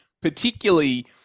particularly